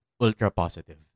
ultra-positive